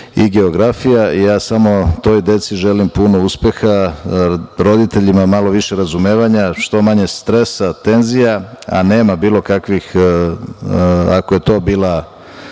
i geografija. Toj deci želim puno uspeha, roditeljima malo više razumevanja, što manje stresa, tenzija, a nema bilo kakvih, ako je to bila